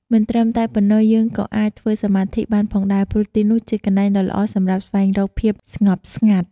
មិនត្រឹមតែប៉ុណ្ណោះទេយើងក៏អាចធ្វើសមាធិបានផងដែរ ព្រោះទីនោះជាកន្លែងដ៏ល្អសម្រាប់ស្វែងរកភាពស្ងប់ស្ងាត់ ។